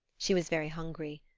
she was very hungry.